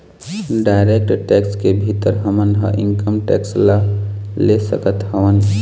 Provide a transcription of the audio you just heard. direct tax के भीतर हमन ह इनकम टेक्स ल ले सकत हवँन